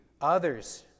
others